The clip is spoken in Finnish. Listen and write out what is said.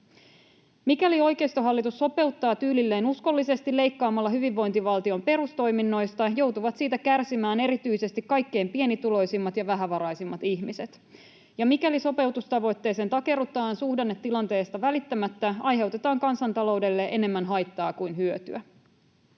Mikäli oikeistohallitus sopeuttaa tyylilleen uskollisesti leikkaamalla hyvinvointival-tion perustoiminnoista, joutuvat siitä kärsimään erityisesti kaikkein pienituloisimmat ja vähävaraisimmat ihmiset. Ja mikäli sopeutustavoitteeseen takerrutaan suhdannetilanteesta välittämättä, aiheutetaan kansantaloudelle enemmän haittaa kuin hyötyä.